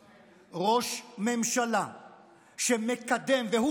ראש ממשלה שמקדם, והוא זה שמקדם,